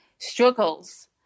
struggles